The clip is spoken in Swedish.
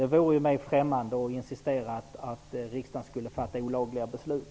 Det vore mig främmande att insistera på att riksdagen skulle fatta olagliga beslut.